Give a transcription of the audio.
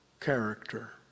character